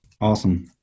Awesome